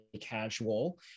casual